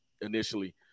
initially